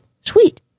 Sweet